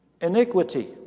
iniquity